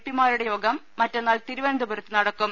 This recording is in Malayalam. പിമാരുടെ യോഗം മറ്റന്നാൾ തിരുവനന്തപുരത്ത് നടക്കും